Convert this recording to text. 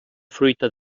fruita